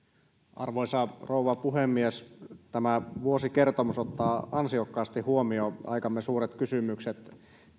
arvoisa rouva puhemies tämä vuosikertomus ottaa ansiokkaasti huomioon aikamme suuret kysymykset